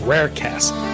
Rarecast